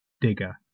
digger